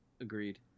Agreed